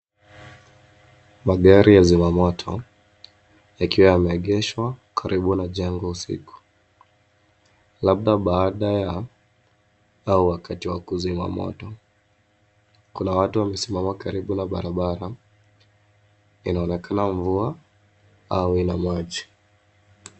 Magari ya zima moto, yakiwa yameegeshwa karibu na jengo usiku, labda baada ya au wakati wa kuzima moto. Kuna watu wamesimama karibu na barabara inaonekana mvua au ina maji.